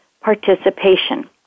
participation